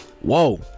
Whoa